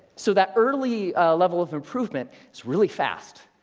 so that early level of improvement is really fast.